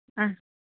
ആഹ്